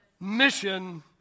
Mission